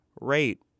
Rate